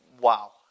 wow